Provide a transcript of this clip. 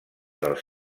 dels